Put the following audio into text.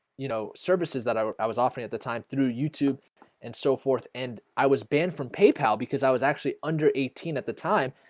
you know services that i i was offering at the time through youtube and so forth and i was banned from paypal because i was actually under eighteen at the time,